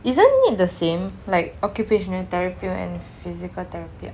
isn't it the same like occupational therapy and physiotherapy